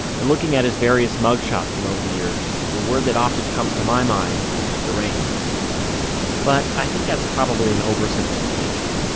and looking at his various mugshots from over the years, the word that often comes to my mind is deranged but i think that's probably an over-simplification.